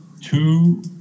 two